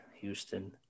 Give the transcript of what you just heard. Houston